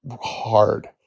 hard